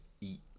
eat